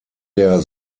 der